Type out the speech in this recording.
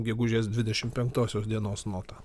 gegužės dvidešimt penktosios dienos notą